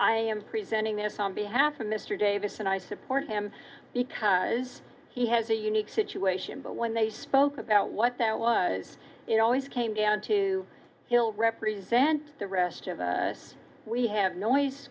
i am presenting this on behalf of mr davis and i support him because he has a unique situation but when they spoke about what that was it always came down to still represent the rest of us we have noise